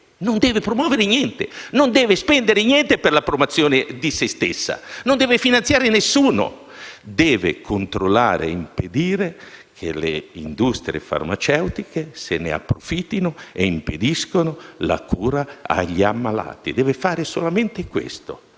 non deve promuovere niente. Non deve spendere niente per la promozione di se stessa. Non deve finanziare nessuno. Deve controllare e impedire che le industrie farmaceutiche se ne approfittino e impediscano la cura agli ammalati. Deve fare solamente questo.